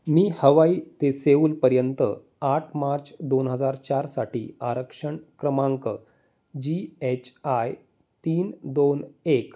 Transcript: मी हवाई एसेवेलपर्यंत आठ मार्च दोन हजार चारसाठी आरक्षण क्रमांक जी एच आय तीन दोन एक